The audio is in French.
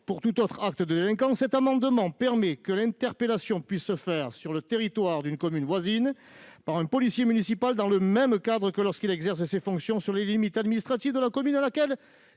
pour tout autre acte de délinquance, l'adoption de cet amendement permettrait que l'interpellation puisse se faire sur le territoire d'une commune voisine par un policier municipal, dans le même cadre que lorsqu'il exerce ses fonctions dans les limites administratives de la commune à laquelle